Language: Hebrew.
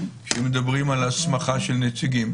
כשמדברים על הסמכה של נציגים.